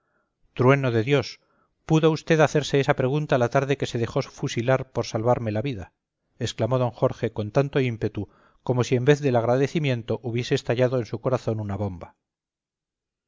trueno de dios pudo usted hacerse esa pregunta la tarde que se dejó fusilar por salvarme la vida exclamó d jorge con tanto ímpetu como si en vez del agradecimiento hubiese estallado en su corazón una bomba